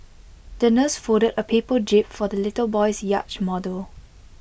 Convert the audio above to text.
the nurse folded A paper jib for the little boy's yacht model